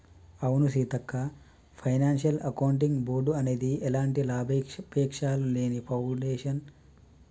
అవును Seethakka financial accounting board అనేది ఎలాంటి లాభాపేక్షలేని ఫాడేషన్ ద్వారా నడపబడుతుంది